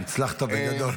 הצלחת בגדול.